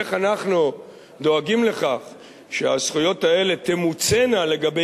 איך אנחנו דואגים לכך שהזכויות האלה תמוצינה לגבי